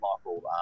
michael